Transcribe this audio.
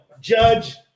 Judge